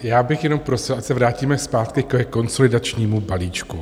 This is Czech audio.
Já bych jenom prosil, ať se vrátíme zpátky ke konsolidačnímu balíčku.